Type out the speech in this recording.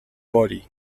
body